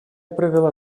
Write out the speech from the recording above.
провела